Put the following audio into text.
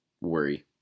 worry